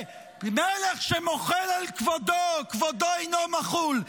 מלך שמוחל על כבודו, כבודו אינו מחול.